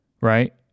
right